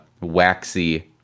waxy